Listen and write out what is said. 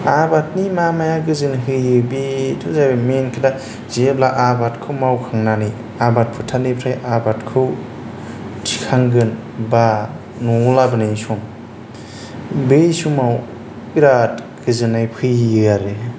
आबादनि मा माया गोजोनहोयो बि जाबाय मेइन खोथा जेब्ला आबादखौ मावखांनानै आबाद फोथारनिफ्राय आबादखौ थिखांगोन बा न'आव लाबोनायनि सम बै समाव बिराद गोजोननाय फैयो आरो